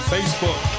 Facebook